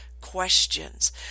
questions